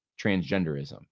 transgenderism